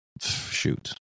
shoot